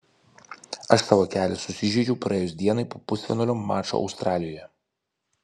aš savo kelį susižeidžiau praėjus dienai po pusfinalio mačo australijoje